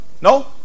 no